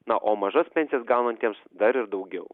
na o mažas pensijas gaunantiems dar ir daugiau